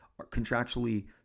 contractually